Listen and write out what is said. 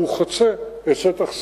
והוא חוצה את שטח C,